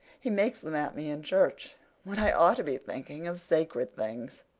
he makes them at me in church when i ought to be thinking of sacred things.